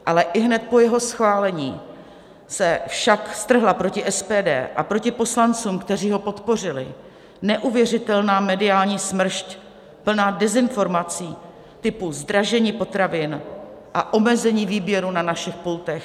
Ale ihned po jeho schválení se však strhla proti SPD a proti poslancům, kteří ho podpořili, neuvěřitelná mediální smršť plná dezinformací typu zdražení potravin a omezení výběru na našich pultech.